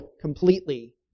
completely